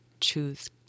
choose